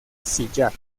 sillar